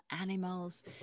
animals